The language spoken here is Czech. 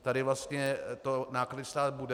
Tady vlastně to náklady stát bude.